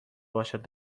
باشد